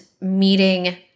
meeting